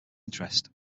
interest